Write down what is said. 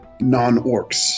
non-orcs